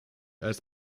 als